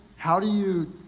how do you,